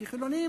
כי חילונים,